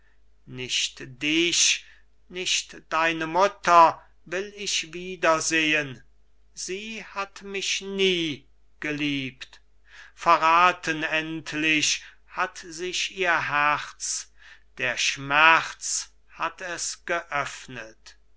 mehr nicht dich nicht deine mutter will ich wieder sehen sie hat mich nie geliebt verrathen endlich hat sich ihr herz der schmerz hat es geöffnet